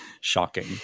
shocking